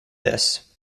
this